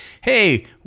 hey